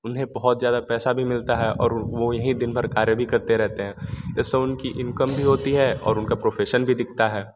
उन्हें बहुत ज़्यादा पैसा भी मिलता है और वही दिन भर कार्य भी करते रहते हैं इससे उनकी इनकम भी होती है और उनका प्रोफेशन भी दिखता है